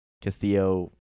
Castillo